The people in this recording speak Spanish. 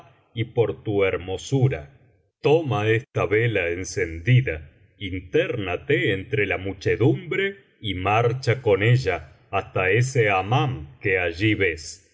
y por tu hermosura toma esta vela encendida intérnate entre la muchedumbre y marcha con ella hasta ese hammam que allí ves